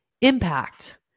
impact